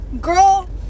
girl